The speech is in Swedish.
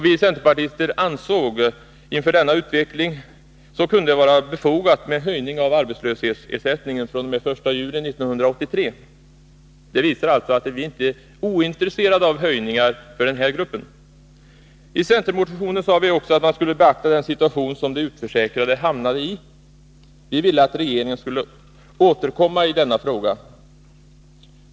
Vi centerpartister ansåg att det inför denna utveckling kunde vara befogat med en höjning av arbetslöshetsersättningen fr.o.m. den 1 juli 1983. Det visar alltså att vi inte är ointresserade av höjningar för den grupp det här gäller. I centermotionen sade vi också att man skulle beakta den situation som de utförsäkrade hamnade i. Vi ville att regeringen skulle återkomma i denna fråga.